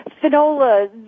Finola